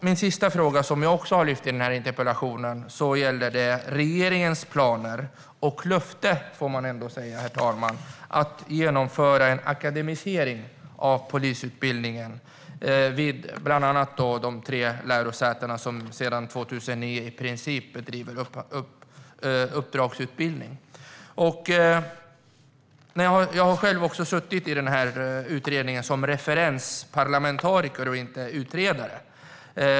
Min sista fråga, som jag har också har tagit upp i interpellationen, gäller regeringens planer på och löfte om att genomföra en akademisering av polisutbildningen vid bland annat de tre lärosäten som sedan 2009 bedriver uppdragsutbildning. Jag har suttit i utredningen om detta som referensparlamentariker och inte som utredare.